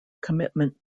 commitment